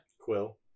Quill